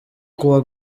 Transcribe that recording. kuwa